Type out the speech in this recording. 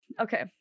Okay